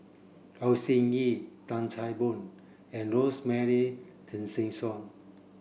Au Hing Yee Tan Chan Boon and Rosemary Tessensohn